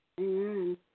Amen